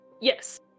Yes